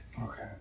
Okay